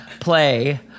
Play